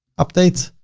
update.